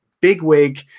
bigwig